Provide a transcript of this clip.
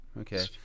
Okay